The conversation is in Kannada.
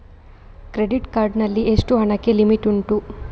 ಕ್ರೆಡಿಟ್ ಕಾರ್ಡ್ ನಲ್ಲಿ ಎಷ್ಟು ಹಣಕ್ಕೆ ಲಿಮಿಟ್ ಉಂಟು?